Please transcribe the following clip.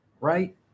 right